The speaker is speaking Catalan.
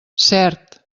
cert